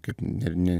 kaip ner ne